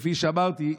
וכפי שאמרתי,